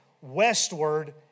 westward